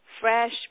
fresh